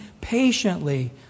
patiently